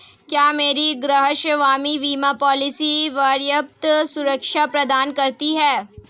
क्या मेरी गृहस्वामी बीमा पॉलिसी पर्याप्त सुरक्षा प्रदान करती है?